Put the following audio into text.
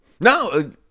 no